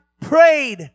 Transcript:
prayed